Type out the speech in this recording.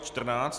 14.